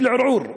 בשל ערעור,